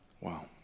Wow